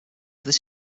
this